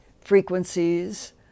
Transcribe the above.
frequencies